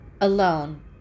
alone